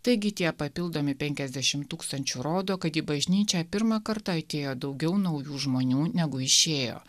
taigi tie papildomi penkiasdešimt tūkstančių rodo kad į bažnyčią pirmą kartą atėjo daugiau naujų žmonių negu išėjo